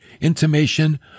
intimation